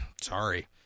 sorry